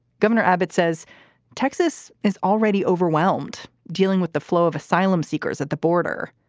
gov. and abbott says texas is already overwhelmed dealing with the flow of asylum seekers at the border,